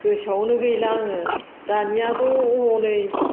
गोसोआवनो गैला आङो दानियाथ' हनै